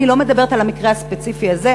אני לא מדברת על המקרה הספציפי הזה,